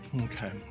Okay